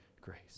grace